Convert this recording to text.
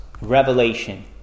revelation